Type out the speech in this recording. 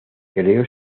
creó